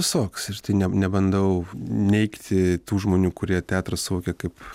visoks ir tai ne nebandau neigti tų žmonių kurie teatrą suvokia kaip